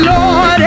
Lord